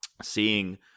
seeing